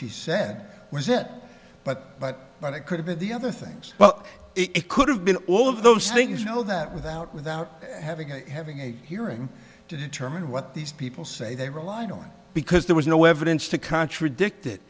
she said was it but but but it could have been the other things well it could have been all of those things you know that without without having having a hearing to determine what these people say they relied on because there was no evidence to contradict it